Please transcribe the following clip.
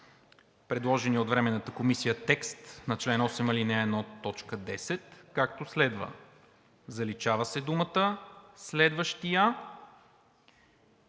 предложения от Временната комисия текст на чл. 8, ал. 1, т. 10, както следва: заличава се думата „следващия“